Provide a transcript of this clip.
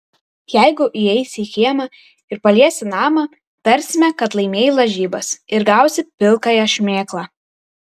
jeigu įeisi į kiemą ir paliesi namą tarsime kad laimėjai lažybas ir gausi pilkąją šmėklą